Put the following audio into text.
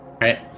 right